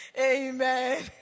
Amen